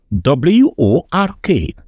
W-O-R-K